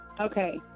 Okay